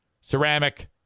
ceramic